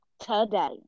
Today